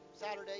Saturday